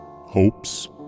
hopes